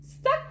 stuck